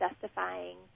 justifying